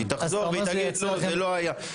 היא תחזור והיא תגיד: לא, זה לא היה.